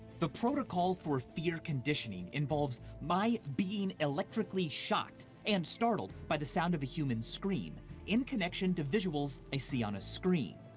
the protocol for fear conditioning involves my being electrically shocked and and startled by the sound of a human scream in connection to visuals i see on a screen.